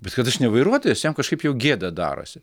bet kad aš nevairuotojas jam kažkaip jau gėda darosi